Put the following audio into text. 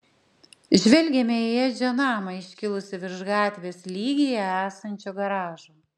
žvelgėme į edžio namą iškilusį virš gatvės lygyje esančio garažo